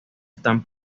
están